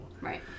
Right